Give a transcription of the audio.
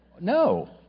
No